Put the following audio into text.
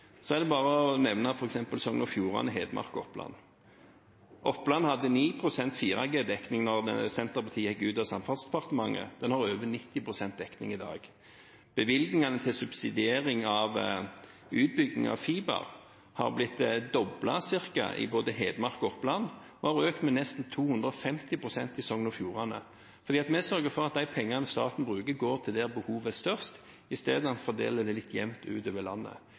er det bare å nevne f.eks. Sogn og Fjordane, Hedmark og Oppland. Oppland hadde 9 pst. 4G-dekning da Senterpartiet gikk ut av Samferdselsdepartementet, men har over 90 pst. dekning i dag. Bevilgningene til subsidiering av utbygging av fiber har blitt ca. doblet i både Hedmark og Oppland og har økt med nesten 250 pst. i Sogn og Fjordane, fordi vi sørger for at de pengene staten bruker, går dit behovet er størst, istedenfor å fordele det jevnt utover landet.